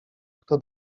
kto